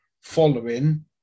following